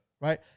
Right